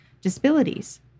disabilities